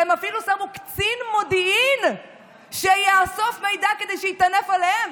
והם אפילו שמו קצין מודיעין שיאסוף מידע כדי שיטנף עליהם